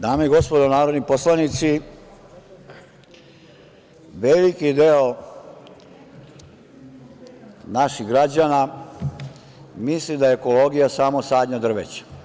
Dame i gospodo narodni poslanici, veliki deo naših građana misli da je ekologija samo sadnja drveća.